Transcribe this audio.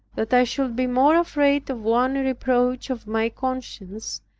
that i should be more afraid of one reproach of my conscience,